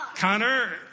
Connor